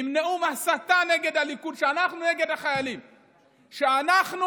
עם נאום הסתה נגד הליכוד: שאנחנו נגד החיילים,